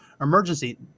emergency